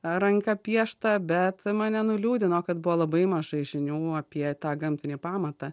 ranka pieštą bet mane nuliūdino kad buvo labai mažai žinių apie tą gamtinį pamatą